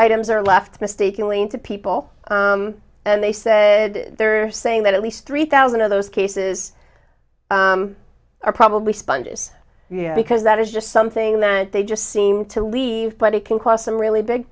items are left mistakenly into people and they say they're saying that at least three thousand of those cases are probably sponges because that is just something that they just seem to leave but it can cause some really big